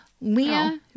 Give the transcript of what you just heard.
Leah